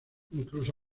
incluso